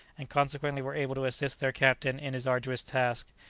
and consequently were able to assist their captain in his arduous task,